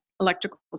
electrical